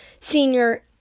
senior